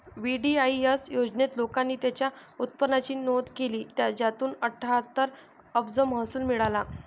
VDIS योजनेत, लोकांनी त्यांच्या उत्पन्नाची नोंद केली, ज्यातून अठ्ठ्याहत्तर अब्ज महसूल मिळाला